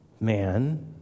man